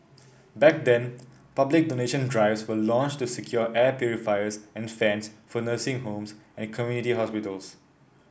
back then public donation drives were launched to secure air purifiers and fans for nursing homes and community hospitals